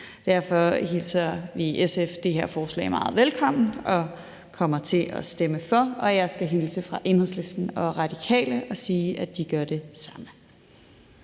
Derfor hilser vi i SF det her forslag meget velkomment, og vi kommer til at stemme for, og jeg skal hilse fra Enhedslisten og Radikale og sige, at de gør det samme.